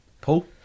Paul